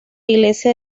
iglesia